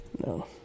No